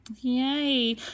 yay